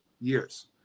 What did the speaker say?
years